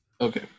Okay